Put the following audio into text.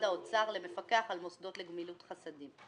האוצר למפקח על מוסדות לגמילות חסדים.